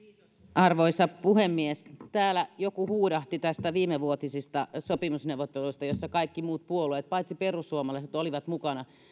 arvoisa puhemies täällä joku huudahti näistä viimevuotisista sopimusneuvotteluista joissa kaikki muut puolueet paitsi perussuomalaiset olivat mukana